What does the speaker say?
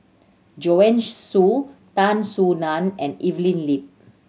Joanne Soo Tan Soo Nan and Evelyn Lip